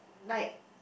like